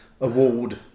award